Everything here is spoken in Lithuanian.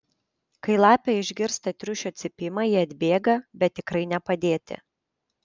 kai lapė išgirsta triušio cypimą ji atbėga bet tikrai ne padėti